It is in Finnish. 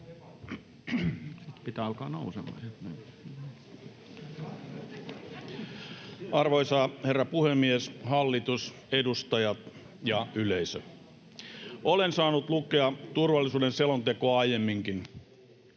Arvoisa herra puhemies, hallitus, edustajat ja yleisö! Olen saanut lukea turvallisuuden selontekoa aiemminkin.